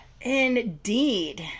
indeed